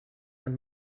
ein